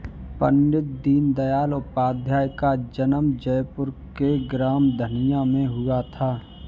पण्डित दीनदयाल उपाध्याय का जन्म जयपुर के ग्राम धनिया में हुआ था